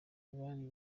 bari